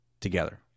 together